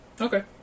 Okay